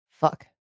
fuck